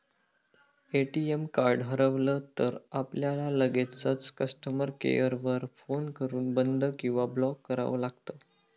ATM card हरवलं तर, आपल्याला लगेचच कस्टमर केअर वर फोन करून बंद किंवा ब्लॉक करावं लागतं